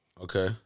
Okay